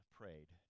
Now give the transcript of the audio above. prayed